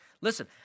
Listen